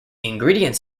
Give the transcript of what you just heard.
ingredients